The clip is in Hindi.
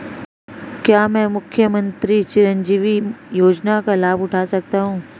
क्या मैं मुख्यमंत्री चिरंजीवी योजना का लाभ उठा सकता हूं?